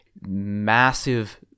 massive